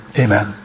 Amen